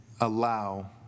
Allow